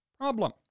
Problem